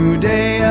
Today